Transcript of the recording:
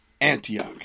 Antioch